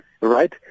Right